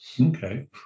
Okay